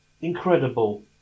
incredible